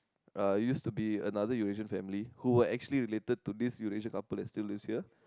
I used to be another Eurasian family who actually related to this Eurasian couple that still live here